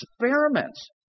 experiments